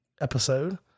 episode